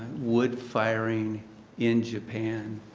would firing in japan.